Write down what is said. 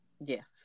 Yes